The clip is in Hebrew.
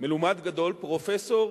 מלומד גדול, פרופסור